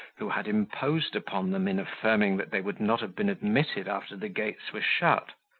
who had imposed upon them, in affirming that they would not have been admitted after the gates were shut.